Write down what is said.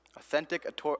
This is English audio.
Authentic